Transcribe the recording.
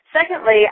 Secondly